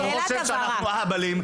הוא חושב שאנחנו אהבלים.